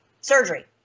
Surgery